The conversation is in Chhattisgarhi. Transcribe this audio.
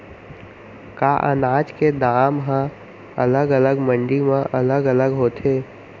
का अनाज के दाम हा अलग अलग मंडी म अलग अलग होथे?